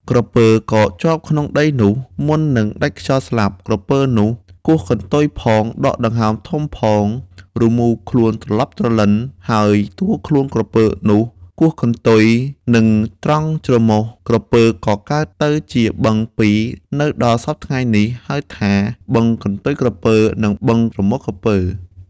ក្រពើក៏ជាប់ក្នុងដីនោះ មុននឹងដាច់ខ្យល់ស្លាប់ ក្រពើនោះគោះកន្ទុយផង ដកដង្ហើមធំផង រមូលខ្លួនត្រឡប់ ត្រឡិន ហើយតួខ្លួនក្រពើនោះគោះកន្ទុយ នឹងត្រង់ច្រមុះក្រពើ ក៏កើតទៅជាបឹង ២ នៅដល់សព្វថ្ងៃនេះ ហៅ ថា បឹងកន្ទុយក្រពើ និង បឹងច្រមុះក្រពើ ។